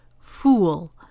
fool